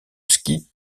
ski